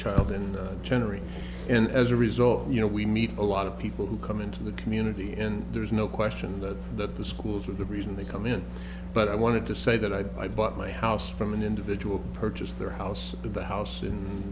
child in general and as a result you know we meet a lot of people who come into the community and there's no question that the schools are the reason they come in but i wanted to say that i bought my house from an individual purchased their house the house in